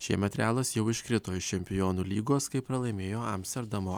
šiemet realas jau iškrito iš čempionų lygos kai pralaimėjo amsterdamo